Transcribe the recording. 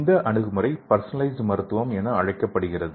இந்த அணுகுமுறை பர்சனலைசுடு மருத்துவம் என்று அழைக்கப்படுகிறது